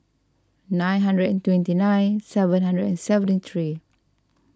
nine hundred and twenty nine seven hundred and seventy three